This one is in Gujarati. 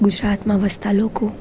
ગુજરાતમાં વસતા લોકો